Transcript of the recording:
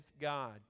God